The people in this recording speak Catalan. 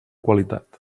qualitat